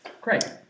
Great